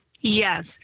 Yes